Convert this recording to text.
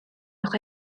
uwch